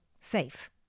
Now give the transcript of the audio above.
safe